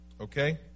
Okay